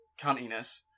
cuntiness